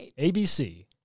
ABC